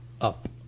up